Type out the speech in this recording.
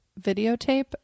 videotape